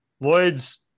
Lloyd's